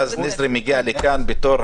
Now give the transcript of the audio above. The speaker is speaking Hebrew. אני קודם